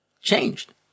changed